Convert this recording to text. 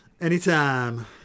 Anytime